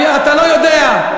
אתה לא יודע.